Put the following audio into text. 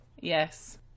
Yes